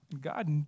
God